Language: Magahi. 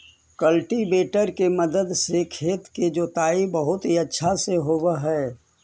कल्टीवेटर के मदद से खेत के जोताई बहुत अच्छा से होवऽ हई